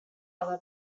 other